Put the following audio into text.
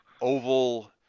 oval